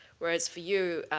whereas for you,